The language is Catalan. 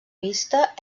vista